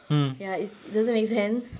ya is it doesn't make sense